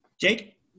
Jake